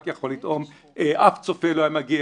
אנחנו מציעים לשקול לכתוב את המילים "שאין לו מטרה מסחרית".